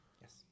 Yes